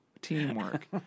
Teamwork